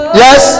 yes